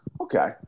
Okay